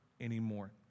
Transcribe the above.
anymore